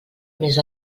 més